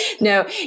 No